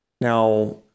Now